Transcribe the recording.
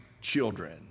children